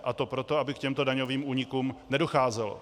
A to proto, aby k těmto daňovým únikům nedocházelo.